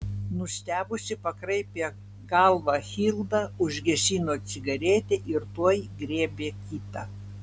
nustebusi pakraipė galvą hilda užgesino cigaretę ir tuoj griebė kitą